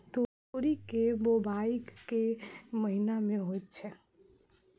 तोरी केँ बोवाई केँ महीना मे होइ छैय?